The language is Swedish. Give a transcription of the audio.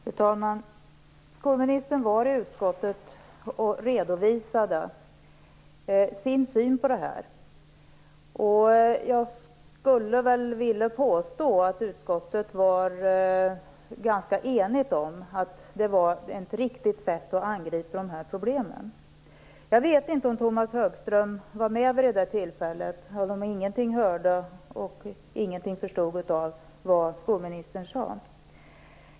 Fru talman! Skolministern besökte utskottet och redovisade sin syn på detta. Jag vill påstå att utskottet var ganska enigt om att det var ett riktigt sätt att angripa dessa problem. Jag vet inte om Tomas Högström var med vid det tillfället eller om han inget hörde och ingenting förstod av det som skolministern sade.